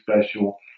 special